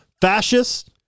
Fascist